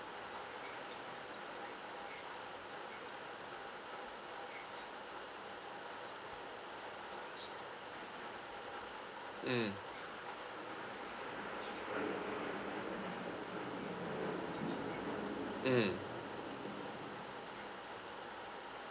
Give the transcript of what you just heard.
mm mm